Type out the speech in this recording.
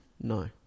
No